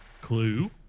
Clue